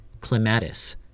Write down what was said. clematis